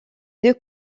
deux